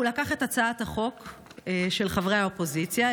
הוא לקח את הצעת החוק של חברי האופוזיציה,